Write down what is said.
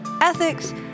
ethics